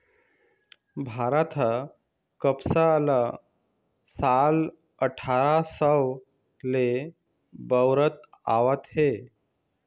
भारत ह कपसा ल साल अठारा सव ले बउरत आवत हे